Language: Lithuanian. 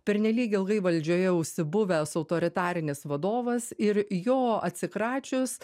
pernelyg ilgai valdžioje užsibuvęs autoritarinis vadovas ir jo atsikračius